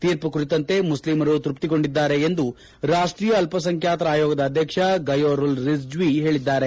ಕೀರ್ಮ ಕುರಿತಂತೆ ಮುಕ್ಲಿಮರು ಕ್ರಪ್ತಿಗೊಂಡಿದ್ದಾರೆ ಎಂದು ರಾಷ್ಟೀಯ ಅಲ್ಪಸಂಖ್ಕಾತರ ಆಯೋಗದ ಅಧ್ವಕ್ಷ ಗಯೋರುಲ್ ರಿಜ್ವಿ ಹೇಳಿದ್ದಾರೆ